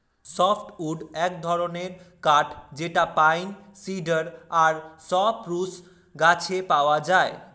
soft wood এক ধরনের কাঠ যেটা পাইন, সিডার আর সপ্রুস গাছে পাওয়া যায়